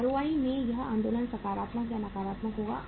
ROI में यह आंदोलन सकारात्मक या नकारात्मक होगा